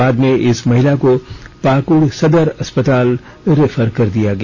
बाद में इस महिला को पाकुड सदर अस्पताल रेफर कर दिया गया